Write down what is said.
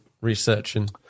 researching